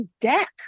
deck